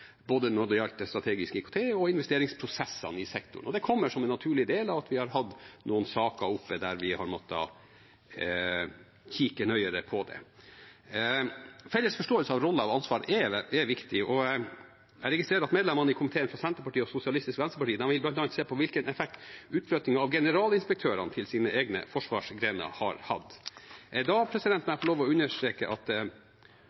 både strategisk IKT og investeringsprosessene i sektoren. Det kommer som en naturlig del av at vi har hatt noen saker oppe som gjorde at vi måtte kikke nøyere på det. Felles forståelse av roller og ansvar er viktig, og jeg registrerer at medlemmene i komiteen fra Senterpartiet og SV bl.a. vil se på hvilken effekt utflytting av generalinspektørene til deres egne forsvarsgrener har hatt. Da